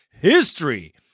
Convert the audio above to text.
history